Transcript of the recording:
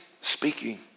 speaking